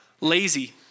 Lazy